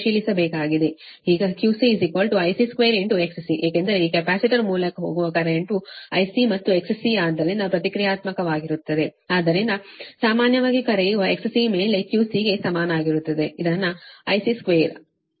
ಈಗ QC IC2XC ಏಕೆಂದರೆ ಈ ಕೆಪಾಸಿಟರ್ ಮೂಲಕ ಹೋಗುವ ಕರೆಂಟ್ವು IC ಮತ್ತು XC ಆದ್ದರಿಂದ ಪ್ರತಿಕ್ರಿಯಾತ್ಮಕವಾಗಿರುತ್ತದೆ ಆದ್ದರಿಂದ ಸಾಮಾನ್ಯವಾಗಿ ಕರೆಯುವ XC ಮೇಲೆQCಗೆ ಸಮಾನವಾಗಿರುತ್ತದೆ ಇದನ್ನು IC2ಎಂದು ಅದು ಕಿಲೋ VAR ಆಗಿದೆ